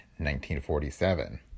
1947